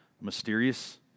mysterious